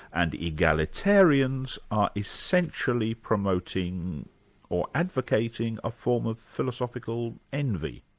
and egalitarians are essentially promoting or advocating, a form of philosophical envy.